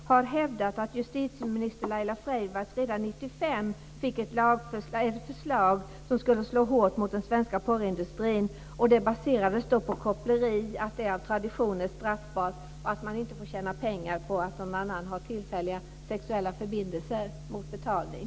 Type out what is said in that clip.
Hon har hävdat att justitieminister Laila Freivalds redan år 1995 fick ett förslag som skulle slå hårt mot den svenska porrindustrin. Det baserades på att koppleri av tradition är straffbart och att man inte får tjäna pengar på att någon annan har tillfälliga sexuella förbindelser mot betalning.